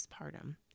postpartum